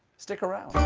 stick around.